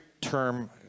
term